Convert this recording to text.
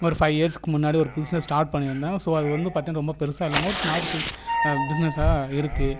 ஒரு ஃபைவ் இயர்ஸ்ஸுக்கு முன்னாடி ஒரு பிஸ்னஸ் ஸ்டார்ட் பண்ணி இருந்தேன் ஸோ அது வந்து பார்த்தீங்கன்னா ரொம்ப பெருசாக இல்லாமல் ஸ்மார்ட் ஸ்கேல் பிஸ்னஸாக இருக்குது